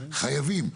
חייבים.